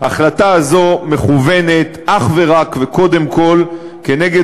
ההחלטה הזאת מכוונת אך ורק וקודם כול נגד